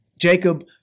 Jacob